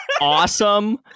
awesome